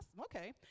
Okay